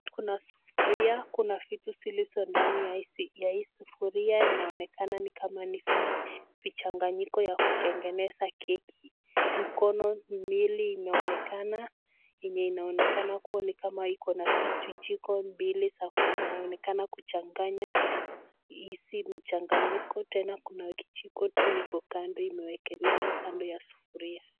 Kuna sufuria, kuna vitu zilizo ndani ya hii sufuria. Inaonekana ni kama ni vichanganyiko ya kutengeneza keki. Mkono mbili imeonekana yenye inaonekana kuwa ni kama iko na vitu jiko mbili za inaonekana kuchanganya hizi mchanganyiko. Tena kuna kijiko tu iko kando imewekelewa kando ya sufuria.